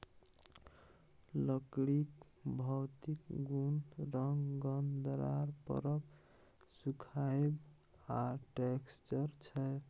लकड़ीक भौतिक गुण रंग, गंध, दरार परब, सुखाएब आ टैक्सचर छै